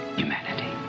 humanity